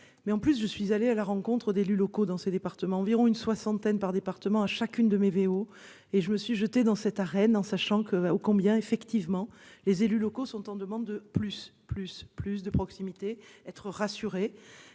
mais en plus je suis allée à la rencontre d'élus locaux dans ces départements environ une soixantaine par département à chacune de mes VO et je me suis jetée dans cette arène en sachant que, oh combien effectivement les élus locaux sont en demande de plus plus plus de proximité, être rassurés